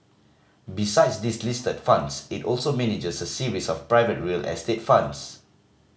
besides these listed funds it also manages a series of private real estate funds